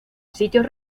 sitios